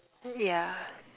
yeah